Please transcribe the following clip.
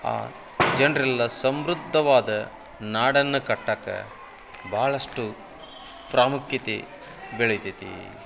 ಆ ಜನರೆಲ್ಲಾ ಸಮೃದ್ಧವಾದ ನಾಡನ್ನು ಕಟ್ಟಕ್ಕ ಭಾಳಷ್ಟು ಪ್ರಾಮುಖ್ಯತೆ ಬೆಳಿತೈತಿ